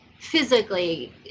physically